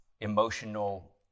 emotional